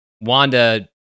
Wanda